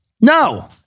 No